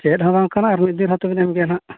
ᱪᱮᱫ ᱦᱚᱸ ᱵᱟᱝ ᱠᱟᱱᱟ ᱟᱨ ᱢᱤᱫ ᱫᱤᱱ ᱦᱚᱸᱛᱚ ᱮᱢ ᱜᱮᱭᱟ ᱦᱟᱸᱜ